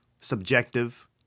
subjective